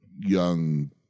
Young